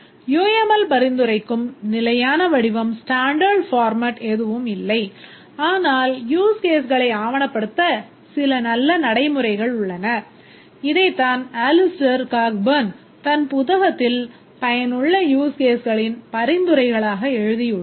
UML தன் புத்தகத்தில் பயனுள்ள use caseகளின் பரிந்துரைகளாக எழுதியுள்ளார்